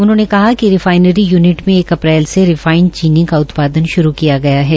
उन्होंने कहा कि रिफाइनरी यूनिट मे एक अप्रैल से रिफाइंड चीनी का उत्पादन श्रू कर दिया गया है